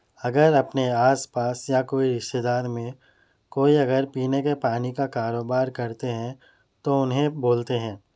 اگر اپنے آس پاس یا کوئی رشتہ دار میں کوئی اگر پینے کے پانی کا کاروبار کرتے ہیں تو انہیں بولتے ہیں